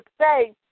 say